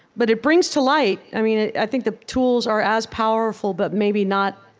but it brings to light i mean, i think the tools are as powerful but maybe not